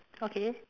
okay